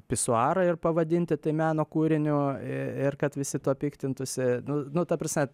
pisuarą ir pavadinti tai meno kūriniu ir kad visi tuo piktintųsi nu nu ta prasme